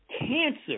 cancer